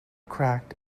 cracked